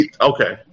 Okay